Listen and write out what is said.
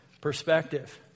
perspective